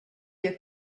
your